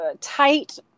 tight